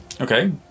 Okay